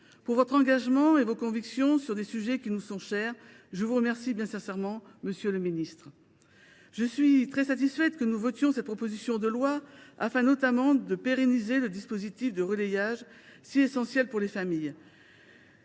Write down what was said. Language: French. Pour votre engagement et vos convictions sur des sujets qui nous sont chers, je vous remercie sincèrement, monsieur le ministre. Je suis très satisfaite que nous votions cette proposition loi, notamment en vue de la pérennisation du dispositif de relayage, si essentiel pour les familles.